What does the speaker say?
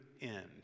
end